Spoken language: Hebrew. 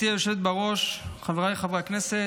גברתי היושבת בראש, חבריי חברי הכנסת,